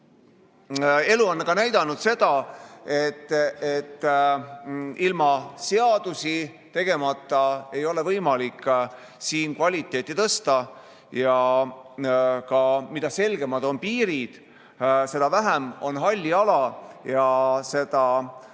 elu on näidanud seda, et ilma seadusi tegemata ei ole võimalik ka siin kvaliteeti tõsta. Mida selgemad on piirid, seda vähem on halli ala ja seda